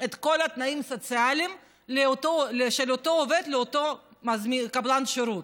את כל התנאים הסוציאליים של אותו עובד לאותו קבלן שירות,